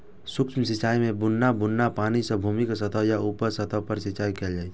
सूक्ष्म सिंचाइ मे बुन्न बुन्न पानि सं भूमिक सतह या उप सतह पर सिंचाइ कैल जाइ छै